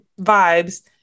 vibes